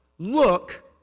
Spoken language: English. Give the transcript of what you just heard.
Look